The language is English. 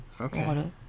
Okay